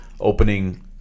opening